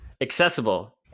Accessible